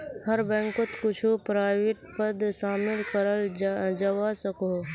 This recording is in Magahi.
हर बैंकोत कुछु प्राइवेट पद शामिल कराल जवा सकोह